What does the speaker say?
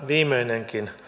viimeisenkin